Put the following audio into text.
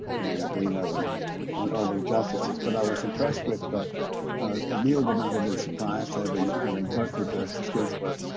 janet reno, and and other justices. but i was impressed with the ah neil would but not have been surprised, having i mean clerked for justice ginsburg,